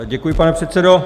Děkuji, pane předsedo.